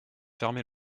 fermé